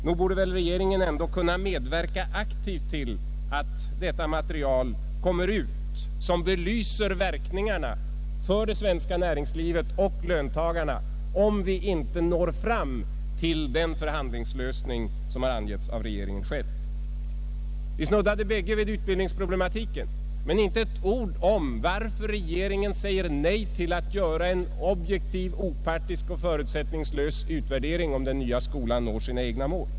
Nog borde regeringen ändå kunna medverka aktivt till att det materialet, som belyser verkningarna för det svenska näringslivet och löntagarna, kommer till allmänhetens kännedom, om vi inte når fram till den förhandlingslösning som angetts av regeringen själv. Vi snuddade bägge vid utbildningsproblematiken. Men inte ett ord om varför regeringen säger nej till att göra en objektiv, opartisk och förutsättningslös utvärdering av frågan om den nya skolan når sina egna mål.